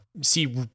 see